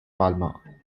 palmer